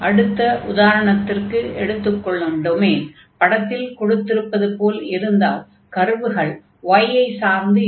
அடுத்து உதாரணத்திற்கு எடுத்துக் கொள்ளும் டொமைன் படத்தில் கொடுத்திருப்பது போல் இருந்தால் கர்வுகள் y ஐ சார்ந்து இருக்கும்